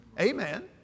Amen